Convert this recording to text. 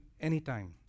anytime